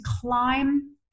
climb